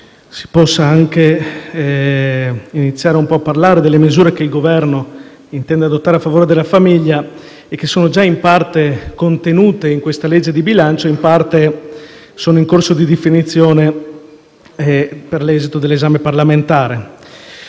offerta, per iniziare un po' a parlare delle misure che il Governo intende adottare in favore della famiglia e che sono in parte già contenute nel disegno di legge di bilancio e in parte sono in corso di definizione per l'esito dell'esame parlamentare.